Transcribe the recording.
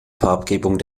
farbgebung